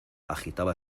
agitaba